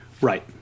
right